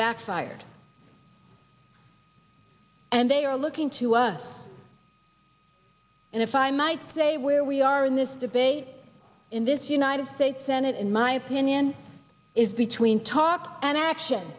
backfired and they are looking to us and if i might say where we are in this debate in this united states senate in my opinion is between talk and action